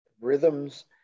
rhythms